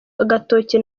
agatoki